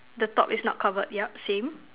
the top is not covered yup same